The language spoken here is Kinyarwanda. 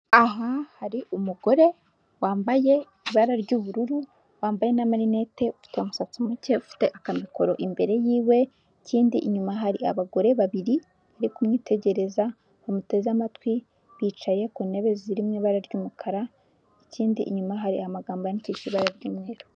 Aha hari umugore wambaye ibara ry'ubururu, wambaye n'amarinete ufite umusatsi muke ufite akamikoro imbere yiwe ikindi inyuma hari abagore babiri bari kumwitegereza bamuteze amatwi bicaye ku ntebe ziri mu ibara ry'umukara, ikindi inyuma hari amagambo yandikishije ibara ry'umweru.